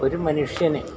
ഒരു മനുഷ്യനെ